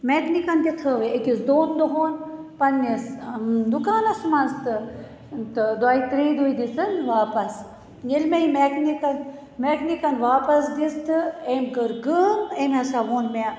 میٚکنِکَن تہِ تھٲو یہِ أکِس دۅن دۅہَن یہِ پَنٕنِس دُکانَس مَنٛز تہٕ دۅییہِ ترٛیٚیہِ دۅہۍ دِژٕن واپَس ییٚلہِ مےٚ میٚکنِکَن میٚکنِکَن واپَس دِژ تہٕ أمۍ کٔر کٲم أمۍ ہَسا ووٚن مےٚ